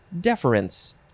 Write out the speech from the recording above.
deference